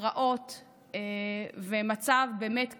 פרעות ומצב באמת קשה.